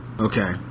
Okay